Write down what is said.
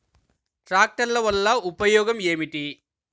ట్రాక్టర్ల వల్ల ఉపయోగం ఏమిటీ?